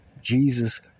Jesus